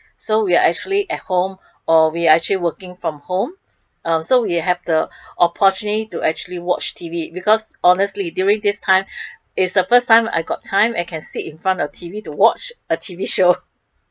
so we are actually at home or we are actually working from home uh so we have the opportunity to actually watch T_V because honestly during this time is the first time I got time I can sit in front of a T_V to watch a T_V show